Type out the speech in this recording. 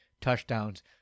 touchdowns